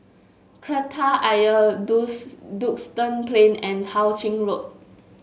Kreta Ayer Duxton Plain and Tao Ching Road